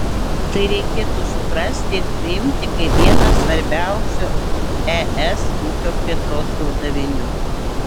tai reikėtų suprasti ir priimti kaip vieną svarbiausių es ūkio plėtros uždavinių